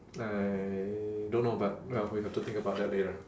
I don't know but well we got to think about that later